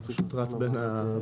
אני פשוט רץ בין הוועדות השונות.